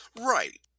Right